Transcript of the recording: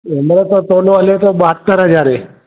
हींअर त तोलो हले पियो ॿाहतरि हज़ारें